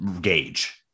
gauge